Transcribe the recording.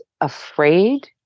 afraid